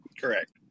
Correct